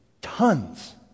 tons